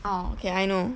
orh okay I know